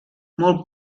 molt